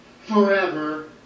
forever